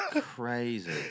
Crazy